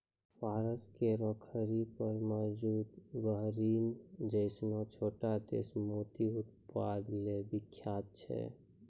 फारस केरो खाड़ी पर मौजूद बहरीन जैसनो छोटो देश मोती उत्पादन ल विख्यात छै